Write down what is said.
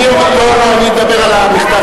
אני מדבר על המכתב